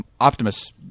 optimus